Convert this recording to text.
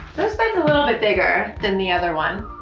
this bed's a little bit bigger than the other one.